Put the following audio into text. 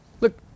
Look